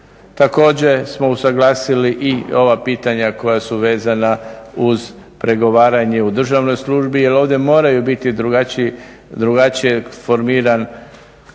Također smo usuglasili i ova pitanja koja su vezana uz pregovaranje u državnoj službi jer ovdje moraju biti drugačije formiran